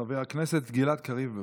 חבר הכנסת גלעד קריב, בבקשה.